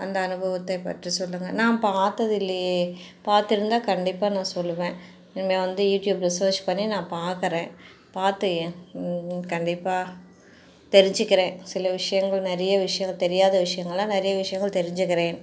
அந்த அனுபவத்தை பற்றி சொல்லுங்க நான் பார்த்தது இல்லையே பார்த்து இருந்தால் கண்டிப்பாக நான் சொல்லுவேன் நான் வந்து யூடியூப்பில் சர்ச் பண்ணி நான் பார்க்குறேன் பார்த்து எ கண்டிப்பாக தெரிஞ்சிக்கிறேன் சில விஷயங்கள் நிறைய விஷயங்கள் தெரியாத விஷயங்கள்லாம் நிறைய விஷயங்கள் தெரிஞ்சுக்குறேன்